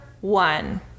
one